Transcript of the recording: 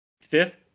Fifth